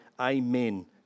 amen